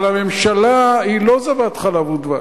אבל הממשלה היא לא זבת חלב ודבש.